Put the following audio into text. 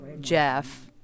jeff